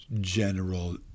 general